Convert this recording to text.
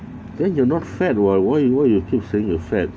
then you're not fat what why you why you keep saying you're fat